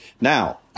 Now